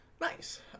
Nice